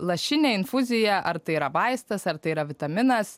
lašinė infuzija ar tai yra vaistas ar tai yra vitaminas